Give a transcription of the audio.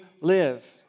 live